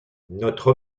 notre